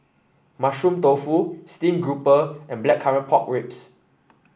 Mushroom Tofu Steamed Grouper and Blackcurrant Pork Ribs